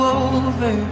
over